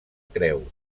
creu